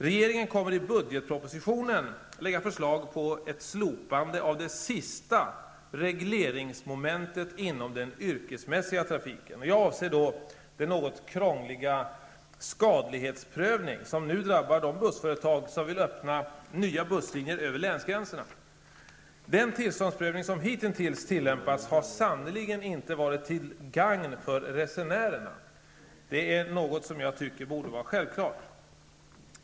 Regeringen kommer att i budgetpropositionen lägga förslag på ett slopande av det sista regleringsmomentet inom den yrkesmässiga trafiken. Jag avser då den något krångliga skadlighetsprövning som nu drabbar de bussföretag som vill öppna busslinjer över länsgränserna. Den tillståndsprövning som hittintills tillämpats har sannerligen inte varit till gagn för resenärerna, något som jag tycker borde vara självklart.